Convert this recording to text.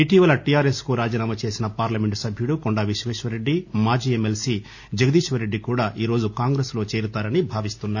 ఇటీవల టిఆర్ఎస్ కు రాజీనామా చేసిన పార్లమెంట్ సభ్యుడు కొండా విశ్వశ్వరరెడ్డి మాజీ ఎమ్మెల్పీ జగదీశ్వర్ రెడ్డి కూడా ఈ రోజు కాంగ్రెస్ లో చేరతారని భావిస్తున్నారు